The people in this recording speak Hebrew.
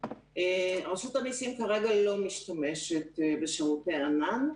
רשות המיסים כרגע לא משתמשת בשירותי ענן.